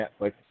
Netflix